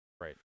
Right